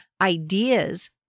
ideas